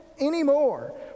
anymore